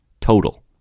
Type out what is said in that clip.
total